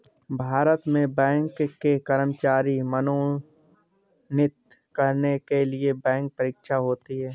भारत में बैंक के कर्मचारी मनोनीत करने के लिए बैंक परीक्षा होती है